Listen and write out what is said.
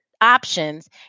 options